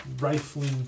Rifling